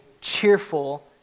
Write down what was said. cheerful